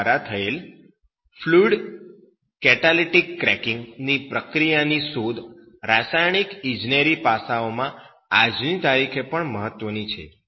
Gilliland દ્વારા થયેલ fluid catalytic cracking ની પ્રક્રિયાની શોધ રાસાયણિક ઈજનેરી પાસાઓમાં આજની તારીખે પણ મહત્વની છે